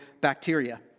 bacteria